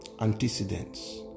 antecedents